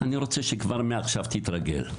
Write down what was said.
אני רוצה שכבר מעכשיו תתרגלי".